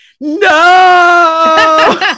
No